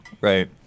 Right